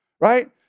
right